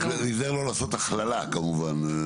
רק להיזהר לא לעשות הכללה כמובן.